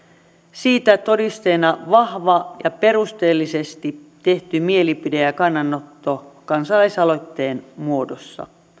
siitä todisteena vahva ja perusteellisesti tehty mielipide ja ja kannanotto kansalaisaloitteen muodossa